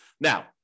Now